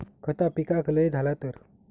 खता पिकाक लय झाला तर?